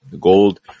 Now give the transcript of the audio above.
gold